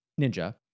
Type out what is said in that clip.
Ninja